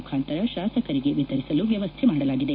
ಮುಖಾಂತರ ಶಾಸಕರಿಗೆ ವಿತರಿಸಲು ಮ್ಲವಸ್ಥೆ ಮಾಡಲಾಗಿದೆ